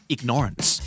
Ignorance